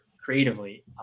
creatively